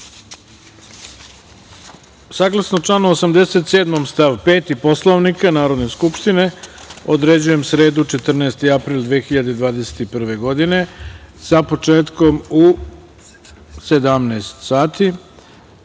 odluka. Saglasno članu 87. stav 5. Poslovnika Narodne skupštine određujem sredu, 14. april 2021. godine, sa početkom u 17 časova,